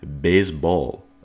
baseball